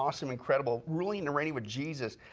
awesome, incredible. ruling and reigning with jesus.